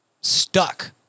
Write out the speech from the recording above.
stuck